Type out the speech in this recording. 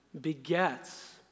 begets